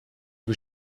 was